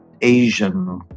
Asian